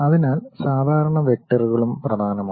അതിനാൽ സാധാരണ വെക്ടറുകളും പ്രധാനമാണ്